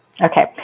Okay